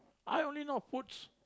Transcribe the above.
I only know foods